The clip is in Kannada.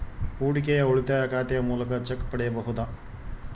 ಹೂಡಿಕೆಯ ಉಳಿತಾಯ ಖಾತೆಯ ಮೂಲಕ ಚೆಕ್ ಪಡೆಯಬಹುದಾ?